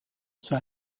sei